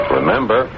Remember